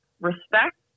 respect